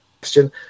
question